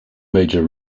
major